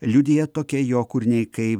liudija tokia jo kūriniai kaip